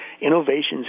Innovations